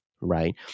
Right